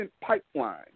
pipeline